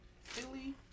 Philly